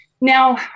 Now